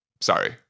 Sorry